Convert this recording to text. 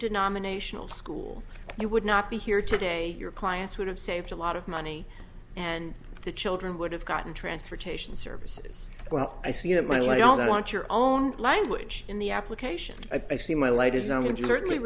denominational school you would not be here today your clients would have saved a lot of money and the children would have gotten transportation services well i see them i don't want your own language in the application